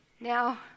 Now